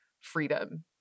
freedom